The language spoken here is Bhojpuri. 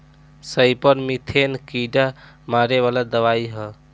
सईपर मीथेन कीड़ा मारे वाला दवाई ह